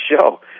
show